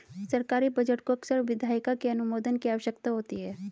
सरकारी बजट को अक्सर विधायिका के अनुमोदन की आवश्यकता होती है